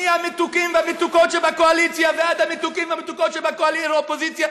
מהמתוקים והמתוקות שבקואליציה ועד המתוקים והמתוקות שבאופוזיציה,